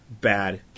bad